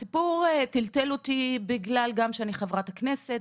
הסיפור טלטל אותי גם בגלל שאני חברת הכנסת,